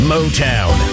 Motown